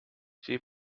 she